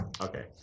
Okay